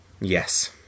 Yes